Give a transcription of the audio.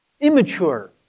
Immature